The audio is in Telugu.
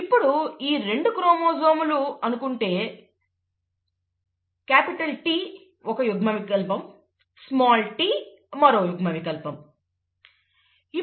ఇప్పుడు ఈ రెండూ హోమోలాగస్ క్రోమోజోమ్లు అనుకుంటే క్యాపిటల్ T ఒక యుగ్మ వికల్పంఎల్లీల్ స్మాల్ t మరొక యుగ్మ వికల్పంఅల్లిల్